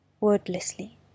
Wordlessly